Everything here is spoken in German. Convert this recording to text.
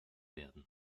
werden